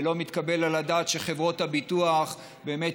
ולא מתקבל על הדעת שחברות הביטוח באמת